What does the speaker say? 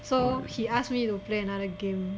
so he asked me to play another game